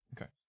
Okay